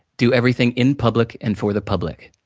do everything in public, and for the public.